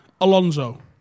Alonso